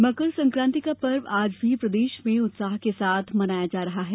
मकर संक्रांति मकर संक्रांति का पर्व आज भी प्रदेश में उत्साह के साथ मनाया जा रहा है